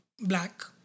Black